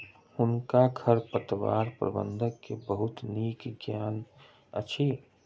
हुनका खरपतवार प्रबंधन के बहुत नीक ज्ञान अछि